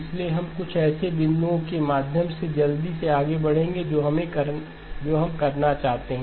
इसलिए हम कुछ ऐसे बिंदुओं के माध्यम से जल्दी से आगे बढ़ेंगे जो हम करना चाहते हैं